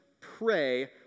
pray